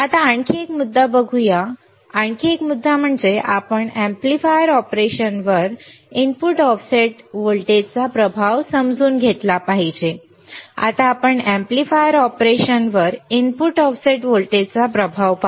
आता आणखी एक मुद्दा बघूया आणखी एक मुद्दा म्हणजे आपण एम्पलीफायर ऑपरेशनवर इनपुटऑफसेट व्होल्टेजचा प्रभाव समजून घेतला पाहिजे आता आपण एम्पलीफायर ऑपरेशनवर इनपुट ऑफसेट व्होल्टेजचा प्रभाव पाहू